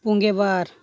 ᱯᱩᱸᱜᱮ ᱵᱟᱨ